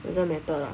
doesn't matter lah